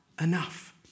enough